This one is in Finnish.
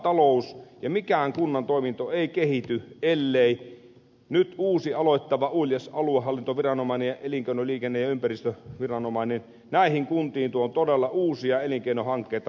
kuntatalous ja mikään kunnan toiminto ei kehity ellei nyt uusi aloittava uljas aluehallintoviranomainen ja elinkeino liikenne ja ympäristöviranomainen näihin kuntiin tuo todella uusia elinkeinohankkeita